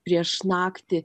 prieš naktį